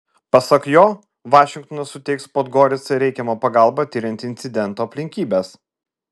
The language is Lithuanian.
pasak jo vašingtonas suteiks podgoricai reikiamą pagalbą tiriant incidento aplinkybes